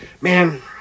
Man